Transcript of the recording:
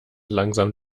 langsam